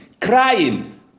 crying